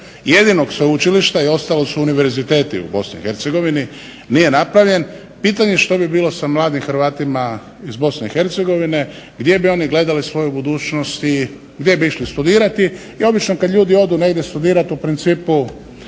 jedinog sveučilišta, jer ostalo su univerziteti u Bosni i Hercegovini, nije napravljen pitanje je što bi bilo sa mladim Hrvatima iz Bosne i Hercegovine, gdje bi oni gledali svoju budućnost i gdje bi išli studirati i obično kad ljudi odu negdje studirati u principu